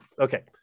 Okay